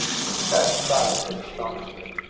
hugh sat silent in astonishment.